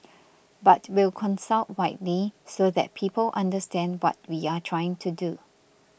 but we'll consult widely so that people understand what we're trying to do